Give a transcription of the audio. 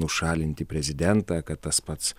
nušalinti prezidentą kad tas pats